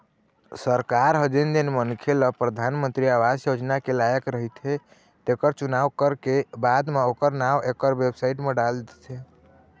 सरकार ह जेन जेन मनखे ल परधानमंतरी आवास योजना के लायक रहिथे तेखर चुनाव करके बाद म ओखर नांव एखर बेबसाइट म डाल देथे